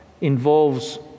involves